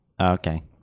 Okay